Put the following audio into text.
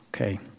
Okay